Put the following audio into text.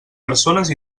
persones